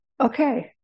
Okay